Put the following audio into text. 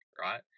Right